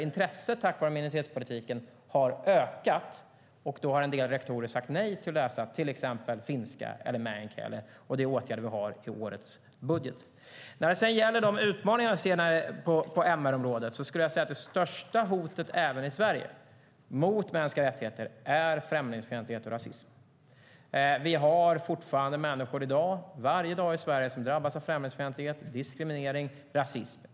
Intresset har ökat tack vare minoritetspolitiken. En del rektorer har sagt nej till att man ska få läsa till exempel finska eller meänkieli. Det är åtgärder som vi har i årets budget. När det gäller de utmaningar som jag ser på MR-området skulle jag säga att det största hotet även i Sverige mot mänskliga rättigheter är främlingsfientlighet och rasism. Vi har fortfarande människor i Sverige som varje dag drabbas av främlingsfientlighet, diskriminering och rasism.